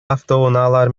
автоунаалар